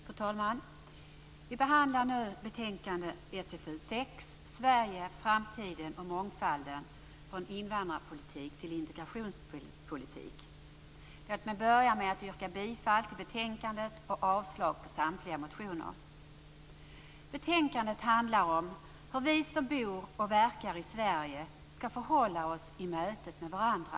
Fru talman! Vi behandlar nu betänkandet SfU6, Sverige, framtiden och mångfalden - från invandrarpolitik till integrationspolitik. Låt mig börja med att yrka bifall till utskottets hemställan i betänkandet och avslag på samtliga motioner. Betänkandet handlar om hur vi som bor och verkar i Sverige skall förhålla oss i mötet med varandra.